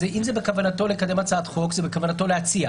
אז אם זה בכוונתו לקדם הצעת חוק - בכוונתו להציע.